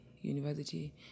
University